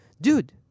dude